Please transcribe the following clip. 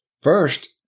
First